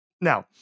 Now